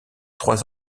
trois